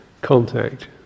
Contact